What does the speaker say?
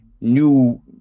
new